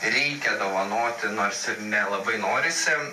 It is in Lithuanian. reikia dovanoti nors ir nelabai norisi